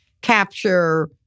capture